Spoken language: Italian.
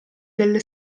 delle